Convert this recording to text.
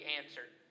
answered